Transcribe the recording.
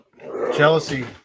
Jealousy